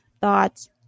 thoughts